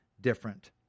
different